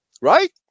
right